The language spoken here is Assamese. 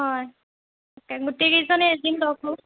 হয় গোটেই কেইজনে এদিন লগ হওঁ